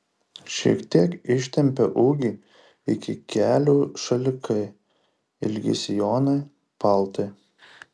šiek tiek ištempia ūgį iki kelių šalikai ilgi sijonai paltai